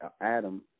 Adam